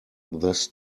this